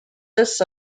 lists